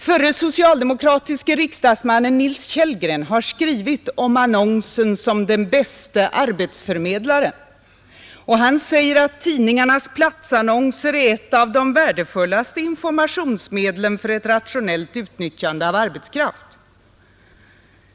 Förre socialdemokratiske riksdagsmannen Nils Kellgren har skrivit om annonsen som den bästa arbetsförmedlaren, och han säger att tidningarnas platsannonser är ett av de värdefullaste informationsmedlen för ett rationellt utnyttjande av arbetskraft.